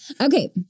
Okay